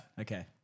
Okay